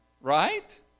Right